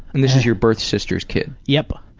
and this is your birth sister's kid? yep.